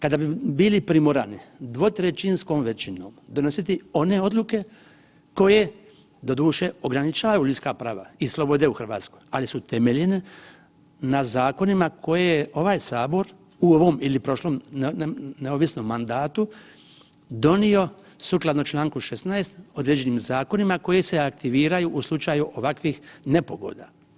Kada bi bili primorani dvotrećinskom većinom donositi one odluke koje doduše ograničavaju ljudska prava i slobode u Hrvatskoj, ali su temeljene na zakonima koje ovaj Sabor u ovom ili prošlom neovisno mandatu donio sukladno čl. 16. određenim zakonima koji se aktiviraju u slučaju ovakvih nepogoda.